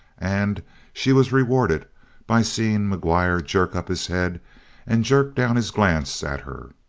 and she was rewarded by seeing mcguire jerk up his head and jerk down his glance at her.